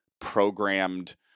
programmed